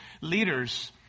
leaders